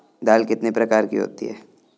दाल कितने प्रकार की होती है?